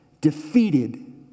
defeated